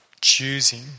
choosing